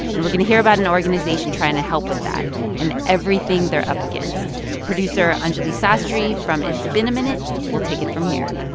and we're gonna hear about an organization trying to help with that and everything they're up against. producer anjuli sastry from it's been a minute will take it from here